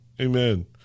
Amen